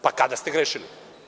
Pa, kada ste grešili?